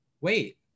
wait